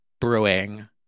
brewing